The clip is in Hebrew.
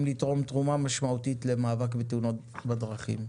לתרום תרומה משמעותית למאבק בתאונות בדרכים.